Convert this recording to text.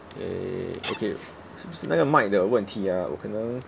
eh okay 是不是那个 mic 的问题 ah 我可能